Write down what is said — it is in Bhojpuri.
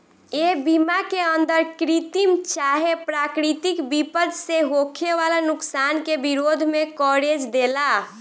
ए बीमा के अंदर कृत्रिम चाहे प्राकृतिक विपद से होखे वाला नुकसान के विरोध में कवरेज देला